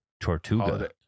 Tortuga